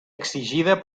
exigida